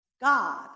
God